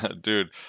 Dude